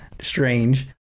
strange